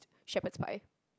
shepherds pie